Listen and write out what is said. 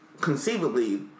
conceivably